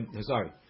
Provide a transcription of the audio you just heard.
Sorry